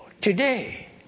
today